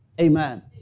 Amen